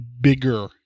bigger